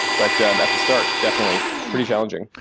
but at the start, definitely pretty challenging.